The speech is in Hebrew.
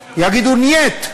יגידו: נייט.